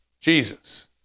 Jesus